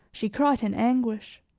she cried in anguish.